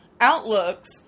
outlooks